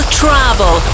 travel